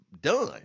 done